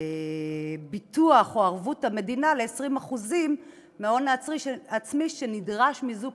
ביטוח או ערבות המדינה ל-20% מההון העצמי שנדרש זוג